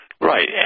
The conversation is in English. Right